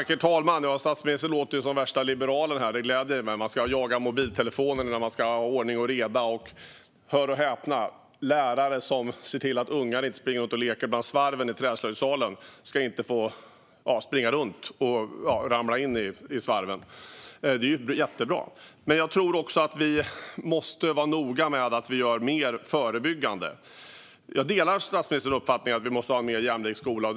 Herr talman! Statsministern låter som värsta liberalen här; det gläder mig. Man ska jaga mobiltelefoner och ha ordning och reda, och - hör och häpna - lärare ska få se till att ungar inte springer runt och leker i träslöjdssalen och ramlar in i svarven. Det är ju jättebra. Men jag tror att vi också måste vara noga med att göra mer förebyggande. Jag delar statsministerns uppfattning att vi måste ha en mer jämlik skola.